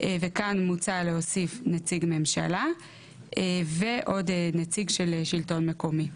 וכאן מוצע להוסיף נציג ממשלה ועוד נציג של שלטון מקומי.